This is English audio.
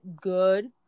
good